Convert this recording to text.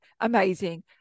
amazing